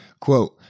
Quote